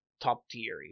top-tier